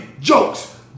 jokes